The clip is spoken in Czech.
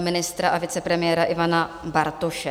ministra a vicepremiéra Ivana Bartoše.